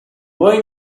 boy